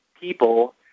people